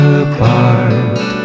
apart